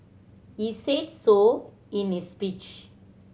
he said so in his speech